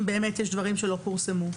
אם באמת יש דברים שלא פורסמו,